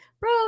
Bro